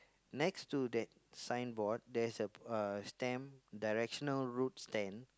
next to that signboard there's a uh stand directional route stand